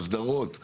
אסדרות ותעריפים,